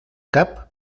cap